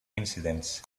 incidents